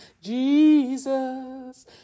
jesus